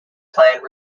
plant